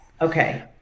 okay